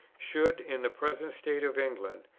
should, in the present state of england,